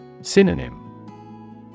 Synonym